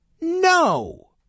no